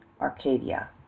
Arcadia